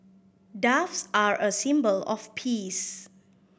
doves are a symbol of peace